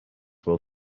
will